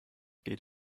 geht